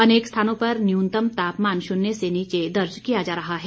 अनेक स्थानों पर न्यूनतम तापमान शून्य से नीचे दर्ज किया जा रहा है